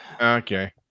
Okay